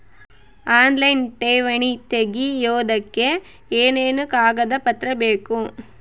Online ಠೇವಣಿ ತೆಗಿಯೋದಕ್ಕೆ ಏನೇನು ಕಾಗದಪತ್ರ ಬೇಕು?